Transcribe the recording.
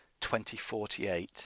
2048